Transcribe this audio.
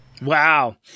Wow